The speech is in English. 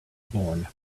born